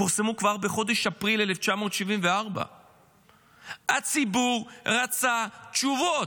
פורסמו כבר בחודש אפריל 1974. הציבור רצה תשובות.